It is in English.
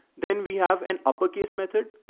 then we have an upper case method.